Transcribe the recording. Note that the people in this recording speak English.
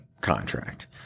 contract